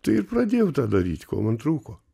tai ir pradėjau tą daryt ko man trūko